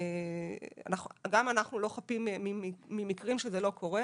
גם אנחנו לא חפים ממקרים שזה לא קורה,